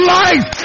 life